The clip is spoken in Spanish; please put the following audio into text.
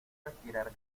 respirar